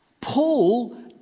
Paul